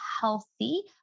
healthy